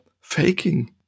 faking